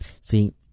See